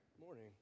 Morning